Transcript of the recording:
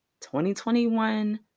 2021